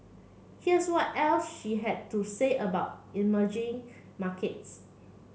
here's what else she had to say about emerging markets